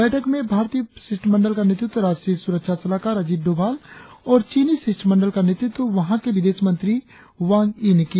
बैठक में भारतीय शिष्ठमंडल का नेतृत्व राष्ट्रीय सुरक्षा सलाहकार अजित डोभाल और चीनी शिष्टमंडल का नेतृत्व वहां के विदेश मंत्री वांग यी ने किया